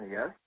Yes